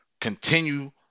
continue